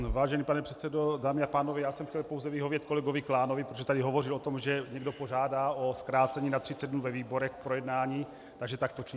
Vážený pane předsedo, dámy a pánové, já jsem chtěl pouze vyhovět kolegovi Klánovi, protože tady hovořil o tom, že někdo požádá o zkrácení na třicet dní ve výborech k projednání, takže to takto činím.